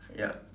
ya